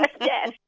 Yes